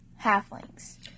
halflings